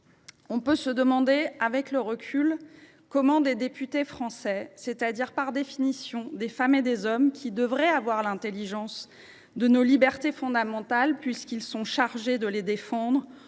On peut se demander, avec le recul, comment des députés français, c’est à dire par définition des femmes et des hommes qui devraient avoir l’intelligence de nos libertés fondamentales, puisqu’ils sont chargés de les défendre,